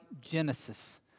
Genesis